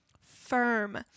firm